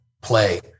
play